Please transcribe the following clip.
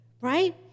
Right